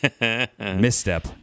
Misstep